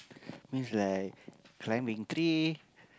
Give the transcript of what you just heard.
means like climbing tree